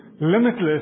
limitless